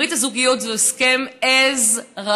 ברית הזוגיות זה הסכם אז-ר-חי,